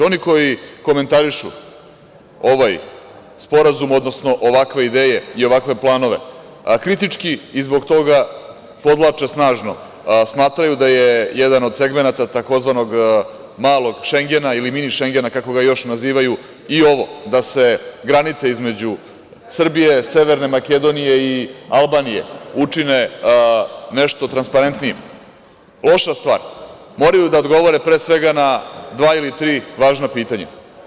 Oni koji komentarišu ovaj sporazum, odnosno ovakve ideje i ovakve planove kritički i zbog toga podvlače snažno, smatraju da je jedan od segmenata tzv. „malog Šengena“, ili „mini Šengena“ kako ga još nazivaju, i ovo da se granice između Srbije, Severne Makedonije i Albanije učine nešto transparentnijim loša stvar, moraju da odgovore pre svega na dva ili tri važna pitanja.